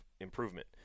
improvement